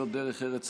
את צודקת.